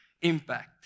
impact